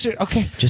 Okay